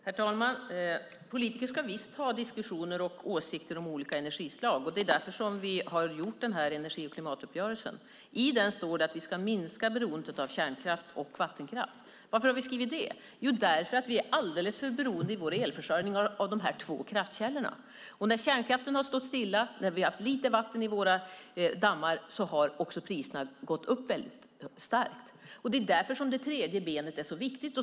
Herr talman! Politiker ska visst ha diskussioner och åsikter om olika energislag, och det är därför vi har gjort denna energi och klimatuppgörelse. I den står att vi ska minska beroendet av kärnkraft och vattenkraft. Varför har vi skrivit detta? Jo, för att vi är alldeles för beroende av dessa två kraftkällor i vår elförsörjning. När kärnkraften har stått stilla och när vi har haft lite vatten i våra dammar har priserna gått upp väldigt starkt. Det är därför det tredje benet är så viktigt.